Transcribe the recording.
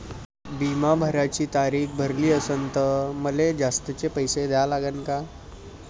बिमा भराची तारीख भरली असनं त मले जास्तचे पैसे द्या लागन का?